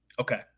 Okay